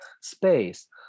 space